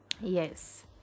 Yes